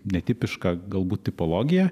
netipiška galbūt tipologija